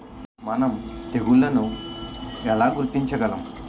మనం తెగుళ్లను ఎలా గుర్తించగలం?